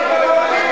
אפללו.